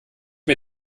mir